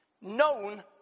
Known